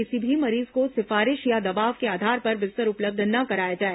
किसी भी मरीज को सिफारिश या दबाव के आधार पर बिस्तर उपलब्ध न कराया जाए